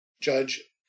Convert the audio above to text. Judge